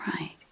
right